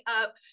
up